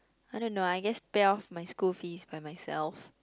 I don't know I guess pay off my school fees by myself